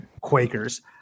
Quakers